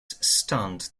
stunned